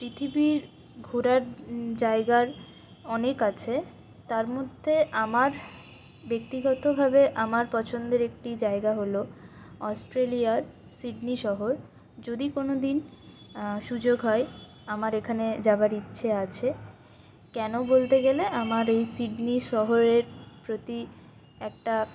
পৃথিবীর ঘোরার জায়গার অনেক আছে তার মধ্যে আমার ব্যক্তিগতভাবে আমার পছন্দের একটি জায়গা হল অস্ট্রেলিয়ার সিডনি শহর যদি কোনোদিন সুযোগ হয় আমার এখানে যাওয়ার ইচ্ছে আছে কেন বলতে গেলে আমার এই সিডনি শহরের প্রতি একটা